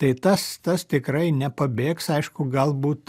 tai tas tas tikrai nepabėgs aišku galbūt